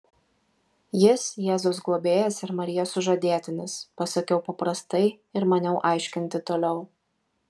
jis jėzaus globėjas ir marijos sužadėtinis pasakiau paprastai ir maniau aiškinti toliau